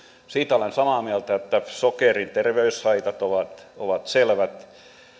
siitä olen samaa mieltä että sokerin terveyshaitat ovat ovat selvät